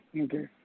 okay